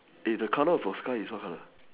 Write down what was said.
eh the colour of your sky is what colour